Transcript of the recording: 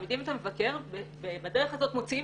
מעמידים את המבקר ובדרך הזאת מוציאים